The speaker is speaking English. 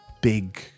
big